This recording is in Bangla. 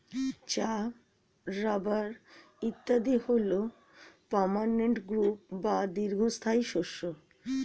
চা, রাবার ইত্যাদি হল পার্মানেন্ট ক্রপ বা দীর্ঘস্থায়ী শস্য